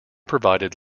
provided